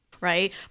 right